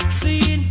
see